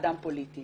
אדם פוליטי